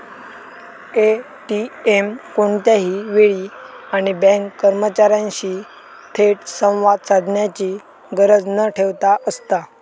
ATM कोणत्याही वेळी आणि बँक कर्मचार्यांशी थेट संवाद साधण्याची गरज न ठेवता असता